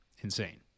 insane